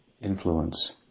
influence